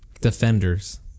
defenders